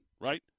Right